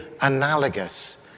analogous